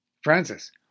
Francis